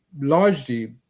largely